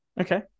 Okay